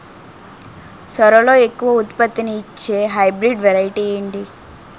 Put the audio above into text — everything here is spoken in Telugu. సోరలో ఎక్కువ ఉత్పత్తిని ఇచే హైబ్రిడ్ వెరైటీ ఏంటి?